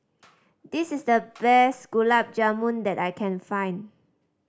this is the best Gulab Jamun that I can find